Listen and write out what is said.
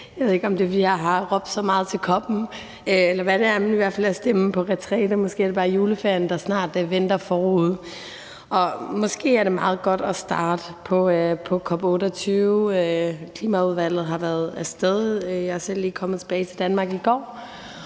det er, fordi jeg har råbt så meget til COP28, eller hvad det er, men i hvert fald er stemmen på retræte. Måske er det bare juleferien, der snart venter forude. Måske er det meget godt at starte med COP28. Klimaudvalget har været af sted. Jeg er selv lige kommet tilbage til Danmark i går.